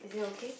is it okay